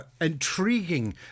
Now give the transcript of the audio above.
intriguing